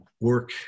work